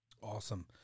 Awesome